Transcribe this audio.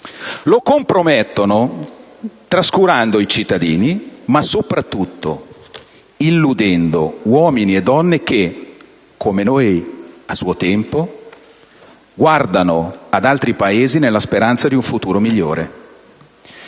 lo compromettono trascurando i cittadini, ma soprattutto illudendo uomini e donne che, come noi a suo tempo, guardano ad altri Paesi nella speranza di un futuro migliore.